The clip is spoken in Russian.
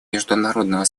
международного